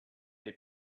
they